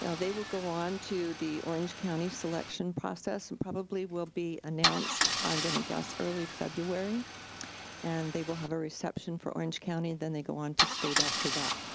yeah they will go on to the orange county selection process and probably will be announced, i'm gonna guess early february and they will have a reception for orange county then they go on to state after that.